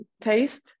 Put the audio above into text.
taste